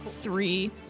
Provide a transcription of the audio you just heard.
Three